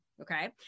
okay